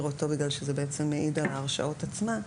אותו בגלל שזה מעיד על ההרשעות עצמן.